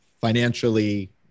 Financially